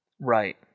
Right